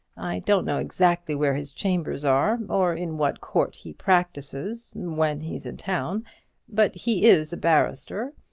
i don't know exactly where his chambers are, or in what court he practises when he's in town but he is a barrister.